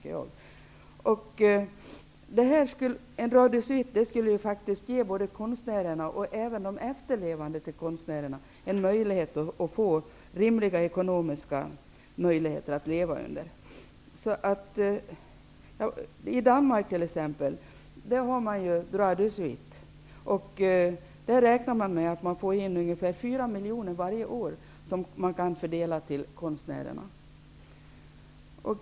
Droit de suite skulle faktiskt ge konstnärerna och även de efterlevande till konstnärerna möjligheten till en rimlig ekonomi. I Danmark har man infört droit de suite. Där räknar man med att få in ungefär 4 miljoner varje år som kan fördelas till konstnärerna.